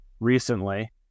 Recently